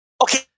okay